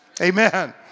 Amen